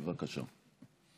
בבקשה.